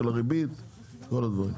של הריבית וכל הדברים.